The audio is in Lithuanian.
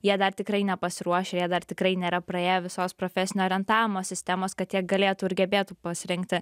jie dar tikrai nepasiruošę jie dar tikrai nėra praėję visos profesinio orientavimo sistemos kad jie galėtų ir gebėtų pasirengti